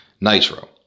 Nitro